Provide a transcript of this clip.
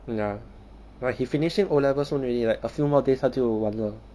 ya like he finishing O levels soon already like a few more days 他就完了